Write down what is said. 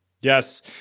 Yes